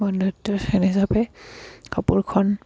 বন্ধুত্বৰ চিন হিচাপে কাপোৰখন